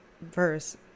verse